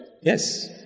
Yes